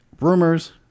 rumors